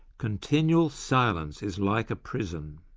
continual silence is like a prison'.